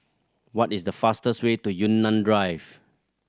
what is the fastest way to Yunnan Drive